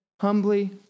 humbly